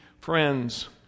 friends